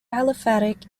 aliphatic